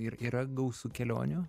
ir yra gausu kelionių